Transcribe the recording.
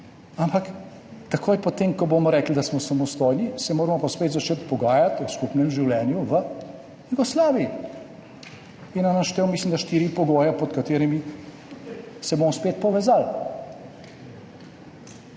ampak takoj po tem, ko bomo rekli, da smo samostojni, se moramo pa spet začeti pogajati o skupnem življenju v Jugoslaviji in je naštel, mislim, da 4 pogoje, pod katerimi se bomo spet povezali.